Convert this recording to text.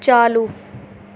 چالو